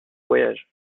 voyages